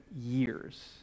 years